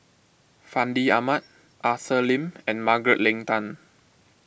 Fandi Ahmad Arthur Lim and Margaret Leng Tan